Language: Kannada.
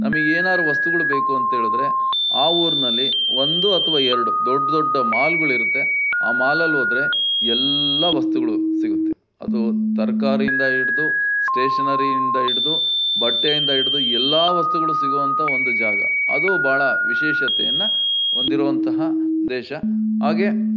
ನಮಗ್ ಏನಾರು ವಸ್ತುಗಳು ಬೇಕು ಅಂತೇಳಿದ್ರೆ ಆ ಊರಿನಲ್ಲಿ ಒಂದು ಅಥವಾ ಎರಡು ದೊಡ್ಡ ದೊಡ್ಡ ಮಾಲ್ಗಳು ಇರುತ್ತೆ ಆ ಮಾಲಲ್ಲಿ ಹೋದ್ರೆ ಎಲ್ಲ ವಸ್ತುಗಳು ಸಿಗುತ್ತೆ ಅದು ತರಕಾರಿಯಿಂದ ಹಿಡ್ದು ಸ್ಟೇಷನರಿಯಿಂದ ಇಡ್ದು ಬಟ್ಟೆಯಿಂದ ಇಡ್ದು ಎಲ್ಲಾ ವಸ್ತುಗಳು ಸಿಗುವಂತ ಒಂದು ಜಾಗ ಅದು ಭಾಳ ವಿಶೇಷತೆಯನ್ನು ಹೊಂದಿರುವಂತಹ ದೇಶ ಹಾಗೇ